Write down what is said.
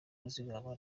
kuzigama